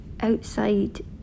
outside